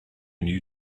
new